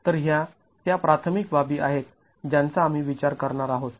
तर ह्या त्या प्राथमिक बाबी आहेत ज्यांचा आम्ही विचार करणार आहोत